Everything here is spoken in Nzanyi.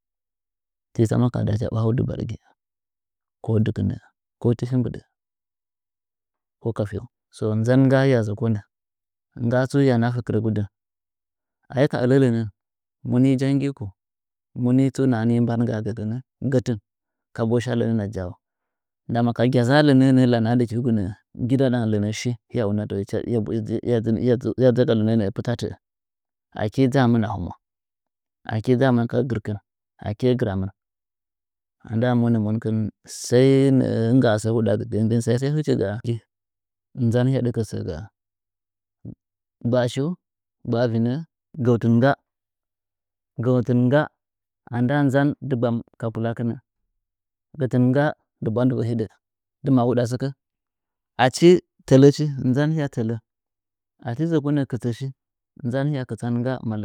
Ti tsa man kaha ndacha iwahau dɨ bargi ko dɨkɨnɚ ko tifi mbɨɗɚ ka ka so nza ngga hiya zɚkonɚ ngga tsu hiya nafe kɨrɚgu dɨn a hi ka ɚlɚ lɚnɚn mu ni jangi ku muni tu nahani ban gaa gɚkɨn gɚtɨn kabu sha lɚnɚn a ja’au ndama ka gyaza lɚnɚ a shi hiya una tɚɚ hiya dzɨ ka lɚnɚ pɨta tɚɚ akidzamɨn aki gɨramɨn andaa monɚ monkɨn sai nɚɚ ɨnggaa sɚ hudaa gɚktn sai sai hɨch nzan hɨya ɗɨkɚ sɚ gaa gbaa shi gbaa vinɚ gɚtɨn ngga gɚtɨh ngga a ndaa nsan dɨgbam ka gulakɨh gɚtɨn ngga dɨ bwa ndɨvɚ hiɗɚ dɨ mahuɗa sɨkɚ achi tɚlɚ shi nzan hɨya tɚlɚ achi zekonɚ kɨtsɚ shi nzan hɨya kɨya kɨtsan ga malu.